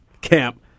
camp